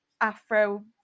afro